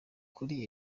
kuri